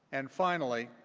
and finally,